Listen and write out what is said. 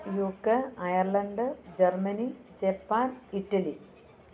UK Ireland Germany Japan Italy